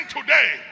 today